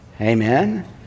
Amen